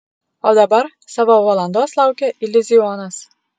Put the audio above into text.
o dabar savo valandos laukia iliuzionas